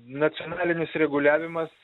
nacionalinis reguliavimas